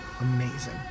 amazing